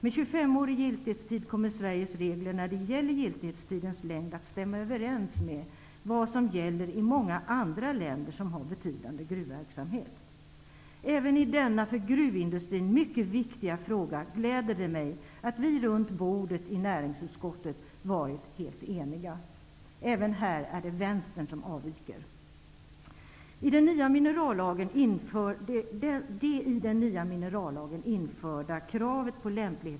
Med tjugofemårig giltighetstid kommer Sveriges regler om giltighetstidens längd att stämma överens med vad som gäller i många andra länder som har betydande gruvverksamhet. Det gläder mig att vi även i denna för gruvindustrin mycket viktiga fråga har varit helt eniga runt bordet i näringsutskottet. Även här är det Vänstern som avviker.